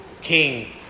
king